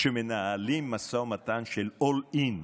כשמנהלים משא ומתן של "אול אין",